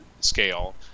scale